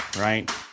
right